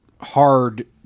hard